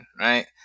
right